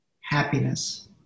happiness